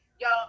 Y'all